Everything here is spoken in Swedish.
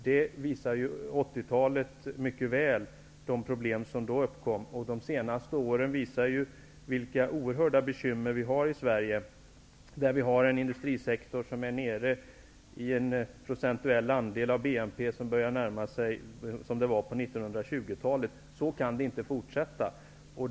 Det är ju mycket tydligt vilka problem som uppkom under 80-talet, och vi har under de senaste åren fått oerhörda bekymmer i Sverige, med en industrisektor nere i en procentuell andel av BNP som börjar närma sig 20-talets. Så kan det inte fortsätta.